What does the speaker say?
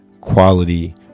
quality